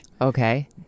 Okay